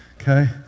okay